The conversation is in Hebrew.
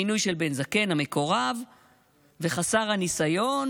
המינוי של בן זקן, המקורב וחסר הניסיון,